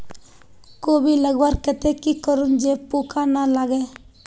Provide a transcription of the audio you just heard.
कोबी लगवार केते की करूम जे पूका ना लागे?